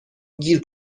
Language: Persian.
گیر